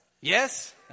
Yes